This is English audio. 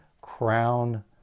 crown